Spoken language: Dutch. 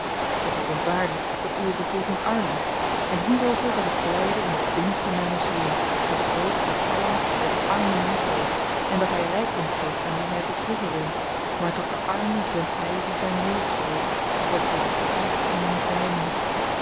doch ik ontwaarde dat uwe bevolking arm is en hierover was ik blyde in het binnenste myner ziel want ik weet dat allah den arme liefheeft en dat hy rykdom geeft aan wien hy beproeven wil maar tot de armen zendt hy wie zyn woord spreekt opdat zy zich oprichten in hun ellende